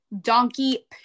donkey